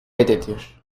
reddediyor